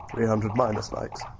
three hundred minus likes?